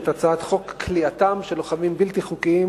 את הצעת חוק כליאתם של לוחמים בלתי חוקיים